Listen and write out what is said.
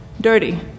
dirty